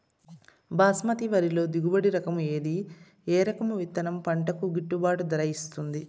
బాస్మతి వరిలో దిగుబడి రకము ఏది ఏ రకము విత్తనం పంటకు గిట్టుబాటు ధర ఇస్తుంది